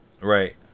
Right